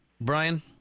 Brian